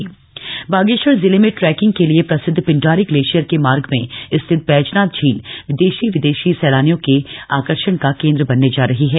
बैजनाथ झील बागेश्वर जिले में ट्रैकिंग के लिए प्रसिद्ध पिंडारी ग्लेशियर के मार्ग में स्थित बैजनाथ झील देशी विदेशी सैलानियों के आकर्षक का केंद्र बनने जा रही है